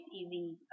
easy